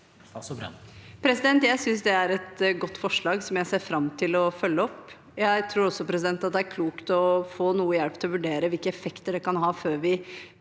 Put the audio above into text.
Jeg synes det er et godt forslag, som jeg ser fram til å følge opp. Jeg tror også det er klokt å få noe hjelp til å vurdere hvilke effekter det kan ha, før vi